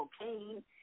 cocaine